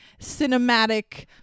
cinematic